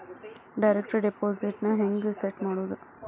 Direct deposit ನ ಹೆಂಗ್ set ಮಾಡೊದು?